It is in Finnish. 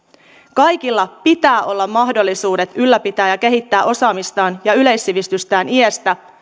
kaikilla pitää olla mahdollisuudet ylläpitää ja kehittää osaamistaan ja yleissivistystään iästä